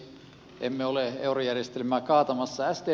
emme ole eurojärjestelmää kaatamassa